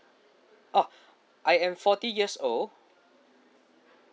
orh I am forty years old